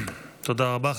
תודה רבה.